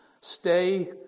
Stay